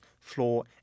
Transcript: floor